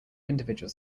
individuals